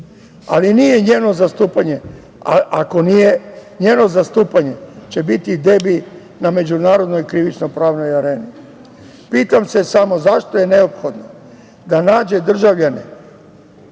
Ali, nije njeno zastupanje, ako nije njeno zastupanje će biti debi na međunarodnoj krivično-pravnoj areni. Pitam se samo, zašto je neophodno da naše državljane